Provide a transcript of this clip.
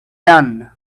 done